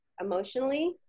emotionally